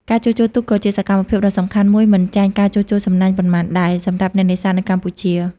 ការជួសជុលទូកក៏ជាសកម្មភាពដ៏សំខាន់មួយមិនចាញ់ការជួសជុលសំណាញ់ប៉ុន្មានដែរ សម្រាប់អ្នកនេសាទនៅកម្ពុជា។